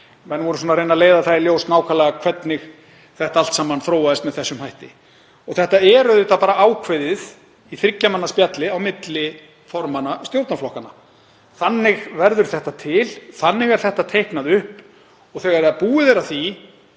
Menn voru að reyna að leiða í ljós nákvæmlega hvernig þetta allt saman þróaðist með þessum hætti. Þetta er auðvitað bara ákveðið í þriggja manna spjalli á milli formanna stjórnarflokkanna. Þannig verður þetta til. Þannig er þetta teiknað upp og þegar búið er að því